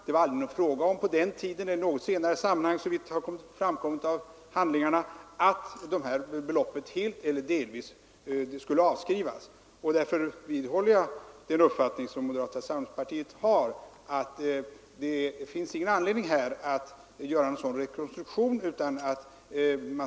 Det var inte då eller i något senare sammanhang, såvitt framgår av handlingarna, fråga om att detta belopp helt eller delvis skulle avskrivas. Därför vidhåller jag den uppfattning som moderata samlingspartiet har att det inte finns anledning att göra någon rekonstruktion.